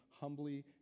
humbly